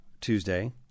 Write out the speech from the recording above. tuesday